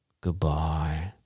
Goodbye